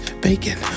bacon